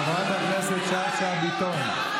חברת הכנסת שאשא ביטון,